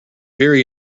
very